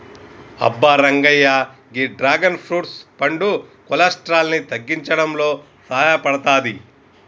అబ్బ రంగయ్య గీ dragon fruit పండు కొలెస్ట్రాల్ ని తగ్గించడంలో సాయపడతాది